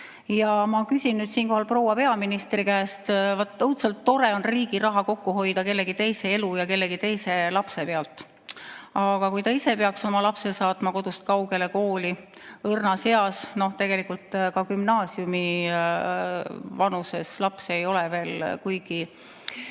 Ja ma küsin siinkohal proua peaministri käest. Vaat õudselt tore on riigi raha kokku hoida kellegi teise elu ja kellegi teise lapse pealt. Aga kui ta ise peaks oma lapse saatma kodust kaugele kooli õrnas eas – no tegelikult ei ole ka gümnaasiumi vanuses laps veel kuigi